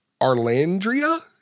Arlandria